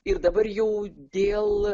ir dabar jau dėl